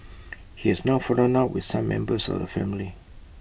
he has now fallen out with some members of the family